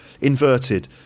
inverted